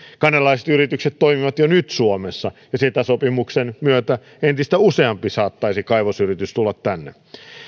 kanadalaiset yritykset toimivat jo nyt suomessa ja ceta sopimuksen myötä entistä useampi kaivosyritys saattaisi tulla tänne